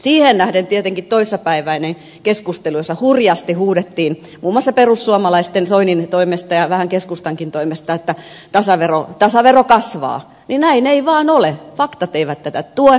siihen nähden tietenkin mitä tulee toissapäiväiseen keskusteluun jossa hurjasti huudettiin muun muassa perussuomalaisten soinin toimesta ja vähän keskustankin toimesta että tasavero kasvaa niin näin ei vaan ole faktat eivät tätä tue